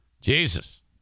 Jesus